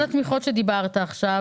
וכל התמיכות שעליהן דיברת עכשיו.